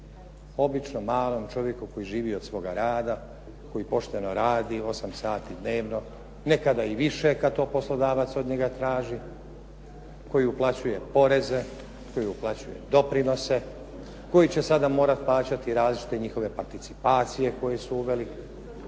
Običnom malom čovjeku koji živi od svoga rada, koji pošteno radi 8 sati dnevno, nekada i više kad to poslodavac od njega traži, koji uplaćuje poreze, koji uplaćuje doprinose, koji će sada morat plaćati različite njihove participacije koje su uveli.